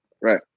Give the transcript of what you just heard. Right